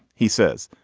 he says.